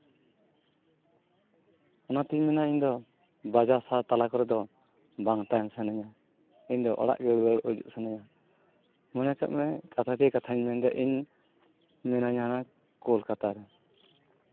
ᱚᱱᱟ ᱛᱮᱧ ᱢᱮᱱᱟ ᱤᱧ ᱫᱚ ᱵᱟᱡᱟᱨ ᱥᱟᱦᱟᱨ ᱠᱚᱨᱮ ᱫᱚ ᱵᱟᱝ ᱛᱟᱦᱮᱱ ᱥᱟᱱᱟᱧᱟ ᱤᱧ ᱫᱚ ᱚᱲᱟᱜ ᱜᱮ ᱨᱩᱣᱟᱹᱲᱚᱜ ᱦᱤᱡᱩᱜ ᱥᱟᱱᱟᱧᱟ ᱢᱚᱱᱮ ᱠᱟᱜ ᱢᱮ ᱠᱟᱛᱷᱟ ᱠᱤ ᱠᱟᱛᱷᱟᱧ ᱢᱮᱱᱫᱟ ᱤᱧ ᱢᱤᱱᱟᱹᱧᱟ ᱠᱳᱞᱠᱟᱛᱟ ᱨᱮ